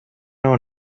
own